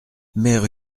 mère